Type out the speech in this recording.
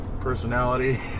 personality